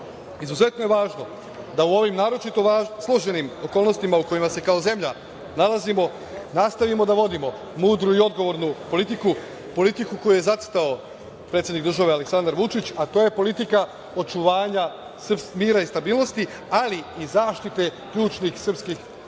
izuzetno je važno da u ovim naročito složenim okolnostima u kojima se kao zemlja nalazimo nastavimo da vodimo mudru i odgovornu politiku, politiku koju je zacrtao predsednik države Aleksandar Vučić, a to je politika očuvanja mira i stabilnosti, ali i zaštite ključnih srpskih